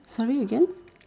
sorry again